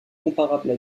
comparables